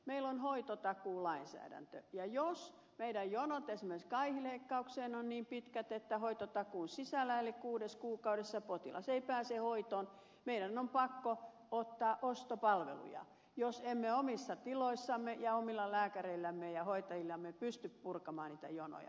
meillä on hoitotakuulainsäädäntö ja jos meidän jonot esimerkiksi kaihileikkaukseen ovat niin pitkät että hoitotakuun sisällä eli kuudessa kuukaudessa potilas ei pääse hoitoon meidän on pakko ottaa ostopalveluja jos emme omissa tiloissamme ja omilla lääkäreillämme ja hoitajillamme pysty purkamaan niitä jonoja